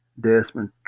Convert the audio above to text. Desmond